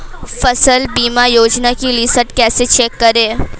फसल बीमा योजना की लिस्ट कैसे चेक करें?